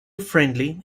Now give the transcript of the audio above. friendly